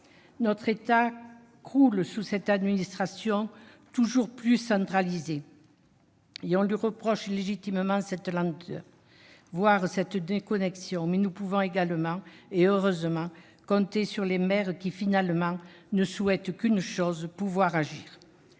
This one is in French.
Notre État croule sous cette administration toujours plus centralisée et on lui reproche légitimement cette lenteur, voire cette déconnexion, mais nous pouvons également- et heureusement -compter sur les maires qui, finalement, ne souhaitent qu'une chose : pouvoir agir.